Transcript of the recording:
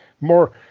more